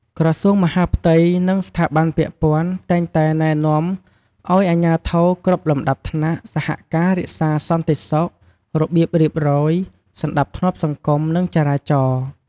ក្រសួងមហាផ្ទៃ និងស្ថាប័នពាក់ព័ន្ធ តែងតែណែនាំឱ្យអាជ្ញាធរគ្រប់លំដាប់ថ្នាក់សហការរក្សាសន្តិសុខ របៀបរៀបរយ សណ្តាប់ធ្នាប់សង្គម និងចរាចរណ៍។